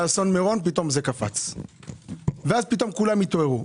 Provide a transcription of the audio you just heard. באסון מירון, ואז פתאום כולם התעוררו.